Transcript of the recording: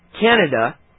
Canada